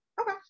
Okay